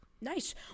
nice